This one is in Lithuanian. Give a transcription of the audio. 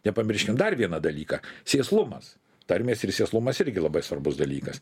nepamirškim dar vieną dalyką sėslumas tarmės ir sėslumas irgi labai svarbus dalykas